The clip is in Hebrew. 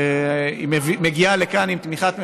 והיא מגיעה לכאן עם תמיכת ממשלה,